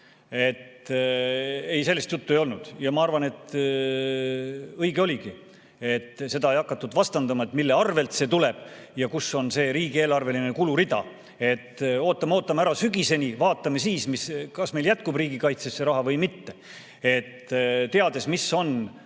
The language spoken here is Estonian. Ei, sellest juttu ei olnud ja ma arvan, et õige oligi, et seda ei hakatud vastandama, mille arvel see tuleb ja kus on see riigieelarveline kulurida, et ootame, ootame ära sügiseni, vaatame siis, kas meil jätkub riigikaitsesse raha või mitte. Teades, mis on